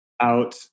out